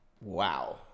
Wow